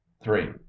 three